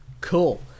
Cool